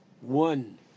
one